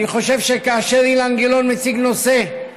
אני חושב שכאשר אילן גילאון מציג נושא,